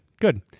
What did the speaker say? good